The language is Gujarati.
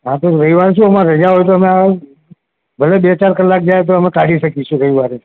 હા તો રવિવાર શું અમારે રજા હોય તો અમે ભલે બે ચાર કલાક જાય તો અમે કાઢી શકીશું રવિવારે